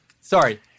sorry